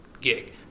gig